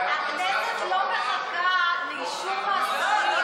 הכנסת לא מחכה לאישור מהשרים,